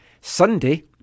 Sunday